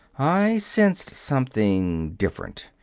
i sensed something different.